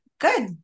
good